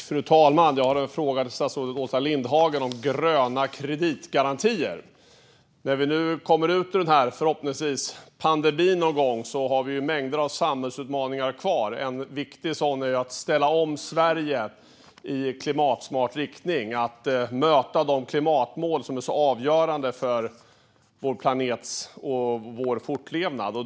Fru talman! Jag har en fråga om gröna kreditgarantier till statsrådet Åsa Lindhagen. När vi förhoppningsvis någon gång kommer ut ur den här pandemin har vi mängder av samhällsutmaningar kvar. En viktig sådan är att ställa om Sverige i klimatsmart riktning, att möta de klimatmål som är så avgörande för vår planets och vår fortlevnad.